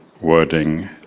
wording